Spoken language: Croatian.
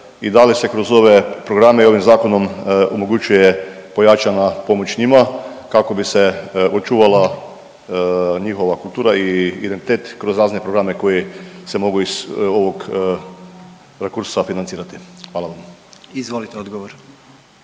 i da li se kroz ove programe i ovim zakonom omogućuje pojačana pomoć njima kako bi se očuvala njihova kultura i identitet kroz razne programe koji se mogu iz ovog rekursa financirati. Hvala. **Jandroković,